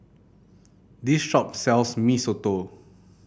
this shop sells Mee Soto